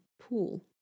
pool